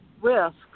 risks